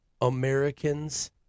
Americans